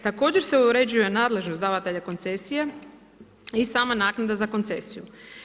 Također se uređuje nadležnost davatelja koncesija i sama naknada za koncesiju.